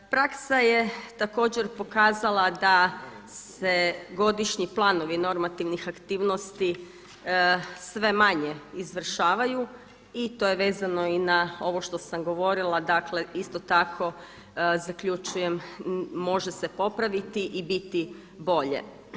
Praksa je također pokazala da se godišnji planovi normativnih aktivnosti sve manje izvršavaju i to je vezano i na ovo što sam govorila, dakle isto tako zaključujem može se popraviti i biti bolje.